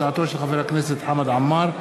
הצעתו של חבר הכנסת חמד עמאר,